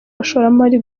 abashoramari